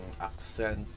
accent